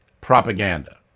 propaganda